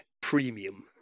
premium